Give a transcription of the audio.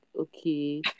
okay